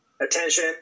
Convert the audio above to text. attention